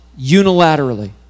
unilaterally